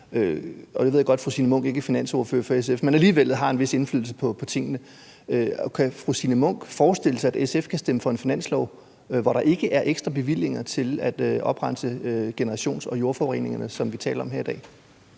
Jeg ved godt, at fru Signe Munk ikke er finansordfører for SF, men alligevel har en vis indflydelse på tingene. Kan fru Signe Munk forestille sig, at SF kan stemme for en finanslov, hvor der ikke er ekstra bevillinger til at oprense generations- og jordforureninger, som vi taler om her i dag?